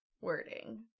wording